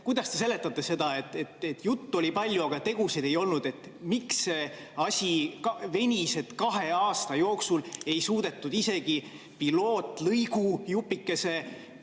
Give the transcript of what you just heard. Kuidas te seletate seda, et juttu oli palju, aga tegusid ei olnud? Miks see asi venis, nii et kahe aasta jooksul ei suudetud isegi pilootlõigujupikese